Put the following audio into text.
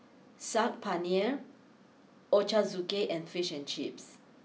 Saag Paneer Ochazuke and Fish and Chips